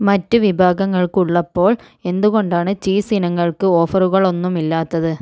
മറ്റ് വിഭാഗങ്ങൾക്ക് ഉള്ളപ്പോൾ എന്തുകൊണ്ടാണ് ചീസ് ഇനങ്ങൾക്ക് ഓഫറുകൾ ഒന്നുമില്ലാത്തത്